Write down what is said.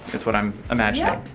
is what i'm imagining.